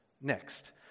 Next